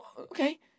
Okay